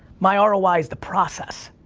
my ah roi is the process.